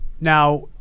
Now